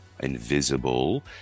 invisible